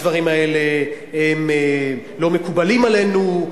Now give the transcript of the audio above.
הדברים האלה הם לא מקובלים עלינו,